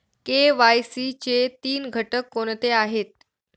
KYC चे तीन घटक कोणते आहेत?